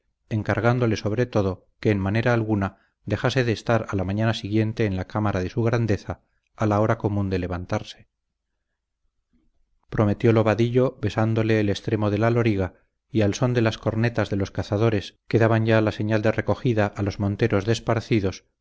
encargándole sobre todo que en manera alguna dejase de estar a la mañana siguiente en la cámara de su grandeza a la hora común de levantarse prometiólo vadillo besándole el extremo de la loriga y al son de las cornetas de los cazadores que daban ya la señal de recogida a los monteros desparcidos